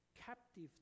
captive